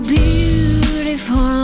beautiful